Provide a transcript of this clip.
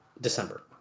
December